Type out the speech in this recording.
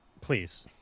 Please